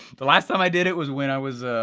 the last time i did it was when i was,